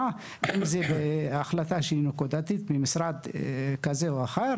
ואם זה בהחלטה נקודתית של משרד כזה או אחר